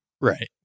right